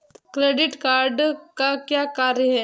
Credit card का क्या कार्य है?